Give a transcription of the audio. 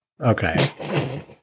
Okay